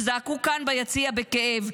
שזעקו כאן ביציע בכאב,